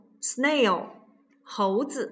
snail,猴子